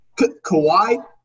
Kawhi